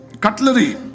Cutlery